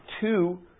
two